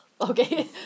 okay